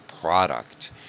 product